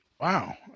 Wow